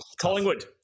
Collingwood